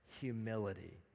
humility